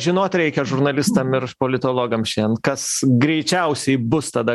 žinot reikia žurnalistam ir politologam šen kas greičiausiai bus tada